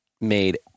made